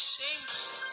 changed